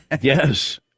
Yes